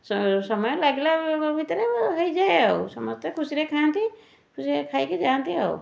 ସମୟ ଲାଗିବା ଭିତରେ ହେଇଯାଏ ଆଉ ସମସ୍ତେ ଖୁସିରେ ଖାଆନ୍ତି ଖୁସିରେ ଖାଆନ୍ତି ଯାଆନ୍ତି ଆଉ